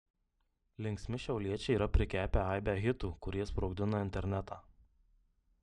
linksmi šiauliečiai yra prikepę aibę hitų kurie sprogdina internetą